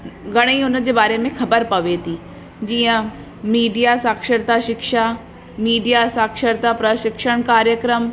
घणेई हुनजे बारे में ख़बर पवे थी जीअं मीडिया साक्षरता शिक्षा मीडिया साक्षरता प्रशिक्षण कार्यक्रम